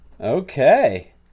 Okay